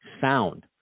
sound